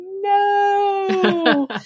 No